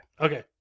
Okay